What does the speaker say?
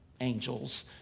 angels